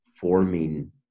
forming